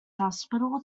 hospital